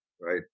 Right